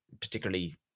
particularly